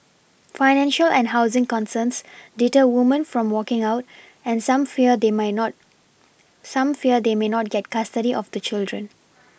financial and housing concerns deter woman from walking out and some fear they may not some fear they may not get custody of the children